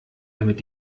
damit